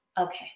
okay